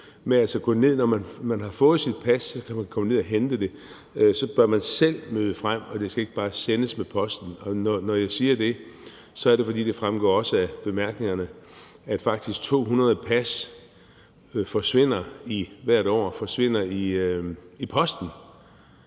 når man har fået sit pas og kan gå ned at hente det, så selv bør møde frem. Det skal ikke bare sendes med posten. Når jeg siger det, er det, fordi det også fremgår af bemærkningerne, at faktisk 200 pas forsvinder i posten